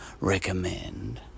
recommend